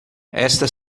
esta